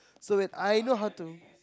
so when I know how to